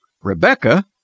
Rebecca